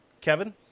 Kevin